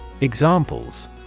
Examples